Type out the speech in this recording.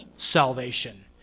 salvation